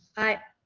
i,